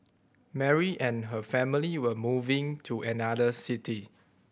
Mary and her family were moving to another city